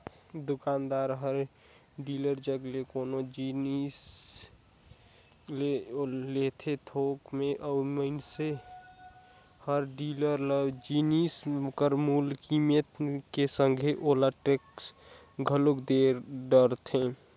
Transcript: दुकानदार हर डीलर जग ले कोनो जिनिस ले लेथे थोक में अउ मइनसे हर डीलर ल जिनिस कर मूल कीमेत के संघे ओला टेक्स घलोक दे डरथे